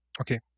okay